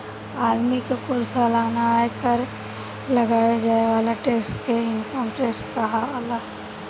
आदमी के कुल सालाना आय पर लगावे जाए वाला टैक्स के इनकम टैक्स कहाला